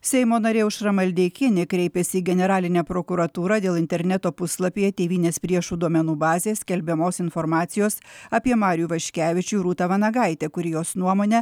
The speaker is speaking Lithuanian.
seimo narė aušra maldeikienė kreipėsi į generalinę prokuratūrą dėl interneto puslapyje tėvynės priešų duomenų bazės skelbiamos informacijos apie marių ivaškevičių ir rūtą vanagaitę kuri jos nuomone